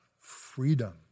freedom